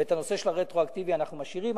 ואת הנושא של הרטרואקטיביות אנחנו משאירים.